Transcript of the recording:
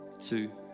two